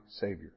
Savior